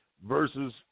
versus